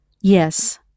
Yes